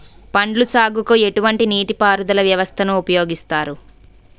పండ్ల సాగుకు ఎటువంటి నీటి పారుదల వ్యవస్థను ఉపయోగిస్తారు?